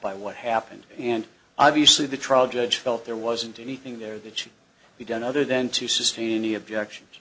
by what happened and obviously the trial judge felt there wasn't anything there that should be done other than to sustain any objections